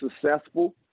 successful